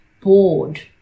bored